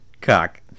cock